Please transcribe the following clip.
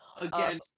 again